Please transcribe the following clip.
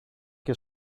και